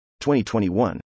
2021